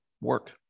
work